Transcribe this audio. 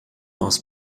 aus